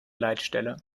leitstelle